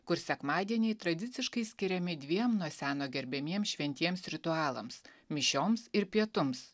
kur sekmadieniai tradiciškai skiriami dviem nuo seno gerbiamiems šventiems ritualams mišioms ir pietums